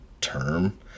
term